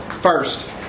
First